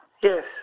Yes